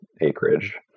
acreage